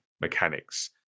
mechanics